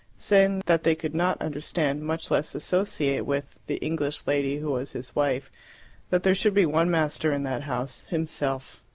saying that they could not understand, much less associate with, the english lady who was his wife that there should be one master in that house himself.